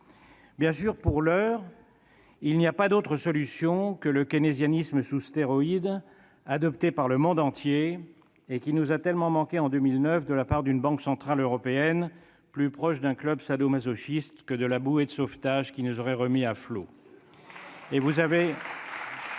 Bien sûr, pour l'heure, il n'y a pas d'autre solution que le keynésianisme sous stéroïdes adopté par le monde entier et qui nous a tellement manqué, en 2009, quand une certaine Banque centrale européenne agissait plus comme un club sadomasochiste que comme la bouée de sauvetage qui nous aurait remis à flot.